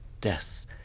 death